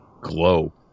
glow